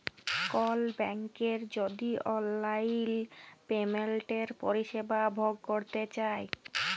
call ব্যাংকের যদি অললাইল পেমেলটের পরিষেবা ভগ ক্যরতে চায়